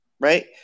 Right